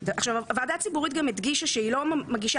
הוועדה הציבורית גם הדגישה שהיא לא מגישה